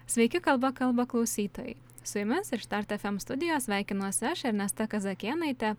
sveiki kalba kalba klausytojai su jumis iš štart ef em studijos sveikinuosi aš ernesta kazakėnaitė